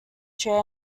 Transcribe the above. chair